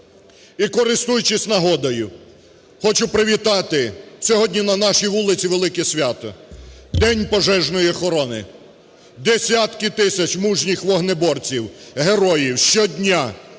І, користуючись нагодою, хочу привітати. Сьогодні на нашій вулиці велике свято – День пожежної охорони. Десятки тисяч мужніх вогнеборців, героїв, щодня